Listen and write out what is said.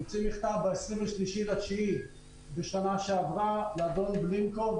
הוציא מכתב ב-23.9 בשנה שעברה לאדון בלינקוב,